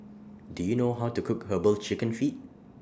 Do YOU know How to Cook Herbal Chicken Feet